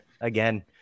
again